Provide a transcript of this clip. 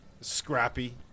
scrappy